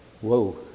whoa